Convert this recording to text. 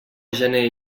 gener